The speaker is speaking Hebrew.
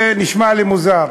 זה נשמע לי מוזר.